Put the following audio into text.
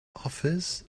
office